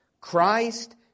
Christ